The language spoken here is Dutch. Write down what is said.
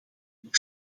nog